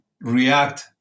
react